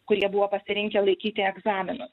kurie buvo pasirinkę laikyti egzaminus